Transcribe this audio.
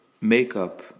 makeup